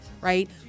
right